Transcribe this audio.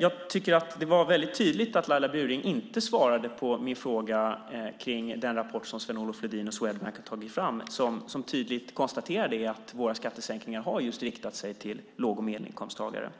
Jag tycker att det var väldigt tydligt att Laila Bjurling inte svarade på min fråga om den rapport som Sven-Olof Lodin och Swedbank har tagit fram, där det tydligt konstateras att våra skattesänkningar har riktat sig till just låg och medelinkomsttagare.